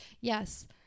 yes